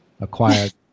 acquired